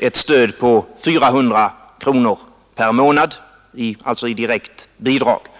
ett stöd av 400 kronor per månad i direkt bidrag.